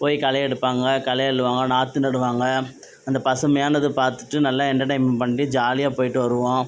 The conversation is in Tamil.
போயி களை எடுப்பாங்க களை அள்ளுவாங்க நாற்றூ நடுவாங்க அந்த பசுமையானதை பார்த்துட்டு நல்லா எண்டர்டெயின் பண்ணி ஜாலியாக போயிட்டு வருவோம்